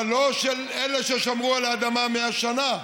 אבל לא של אלה ששמרו על האדמה 100 שנה.